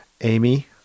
Amy